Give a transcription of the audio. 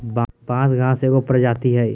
बांस घास के एगो प्रजाती हइ